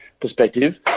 perspective